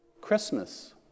Christmas